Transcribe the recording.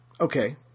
Okay